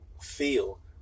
feel